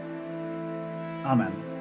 Amen